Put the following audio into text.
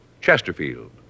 Chesterfield